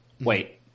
Wait